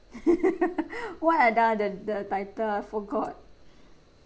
what ah the the title I forgot